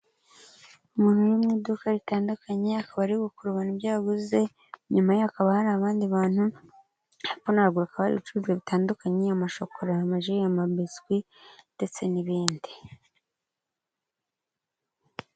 Umuntu uri mu iduka ritandukanye, akaba ari gukurura ibyo yabuze, inyuma hakaba hari abandi bantu, hepfo na ruguru hakaba hari ibicuruzwa bitandukanye, amashokora, amaji, amabiswi ndetse n'ibindi.